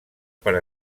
per